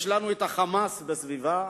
יש לנו את ה"חמאס" בסביבה,